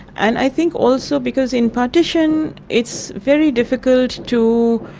and i think also because in partition it's very difficult to